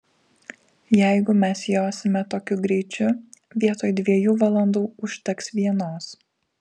jeigu mes josime tokiu greičiu vietoj dviejų valandų užteks vienos